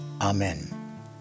Amen